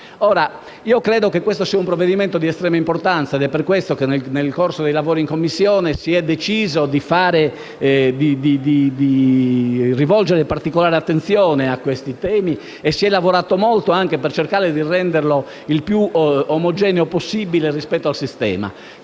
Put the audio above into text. il provvedimento in titolo sia di estrema importanza. È per questo che nel corso dei lavori in Commissione si è deciso di rivolgere particolare attenzione al tema e si è lavorato molto anche per cercare di renderlo il più omogeneo possibile rispetto al sistema.